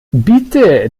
bitte